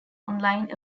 online